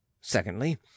Secondly